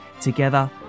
Together